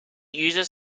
uses